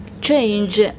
change